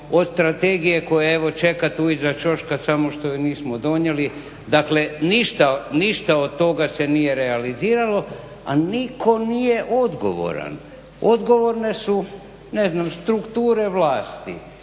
od strategije koja evo čeka tu iza ćoška samo što je nismo donijeli. Dakle, ništa od toga se nije realiziralo, a nitko nije odgovoran. Odgovorne su ne znam strukture vlasti